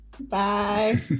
Bye